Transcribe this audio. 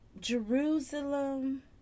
Jerusalem